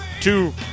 Two